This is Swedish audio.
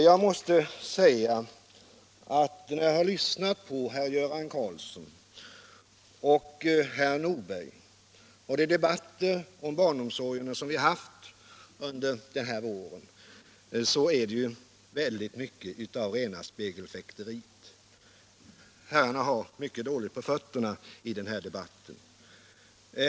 Jag måste säga att när jag har lyssnat på herr Göran Karlsson och herr Ivar Nordberg i de debatter om barnomsorgen som vi fört under de här åren har jag funnit att väldigt mycket varit rena rama spegelfäkteriet och att herrarna har synnerligen dåligt på fötterna i den här debatten.